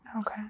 Okay